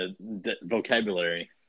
Vocabulary